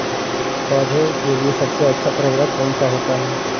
पौधे के लिए सबसे अच्छा उर्वरक कौन सा होता है?